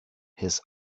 his